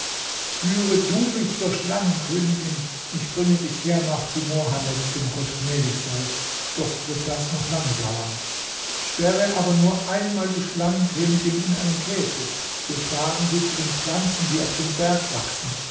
führe du mich zur schlangenkönigin ich bringe dich hernach zu mohammed dem gott gnädig sei doch wird das noch lange dauern sperre aber nur einmal die schlangenkönigin in einen käfig wir tragen sie zu den pflanzen die auf dem berg wachsen